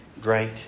great